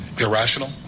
irrational